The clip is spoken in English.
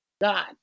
God